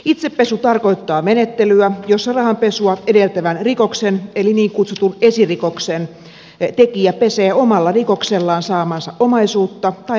itsepesu tarkoittaa menettelyä jossa rahanpesua edeltävän rikoksen eli niin kutsutun esirikoksen tekijä pesee omalla rikoksellaan saamaansa omaisuutta tai rikoshyötyä